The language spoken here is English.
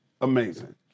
amazing